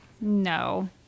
No